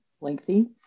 lengthy